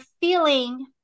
feeling